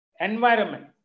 environment